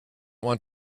want